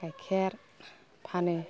गाइखेर फानो